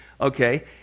okay